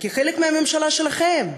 כי חלק מהממשלה שלכם,